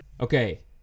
Okay